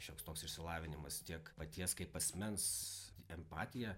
šioks toks išsilavinimas tiek paties kaip asmens empatija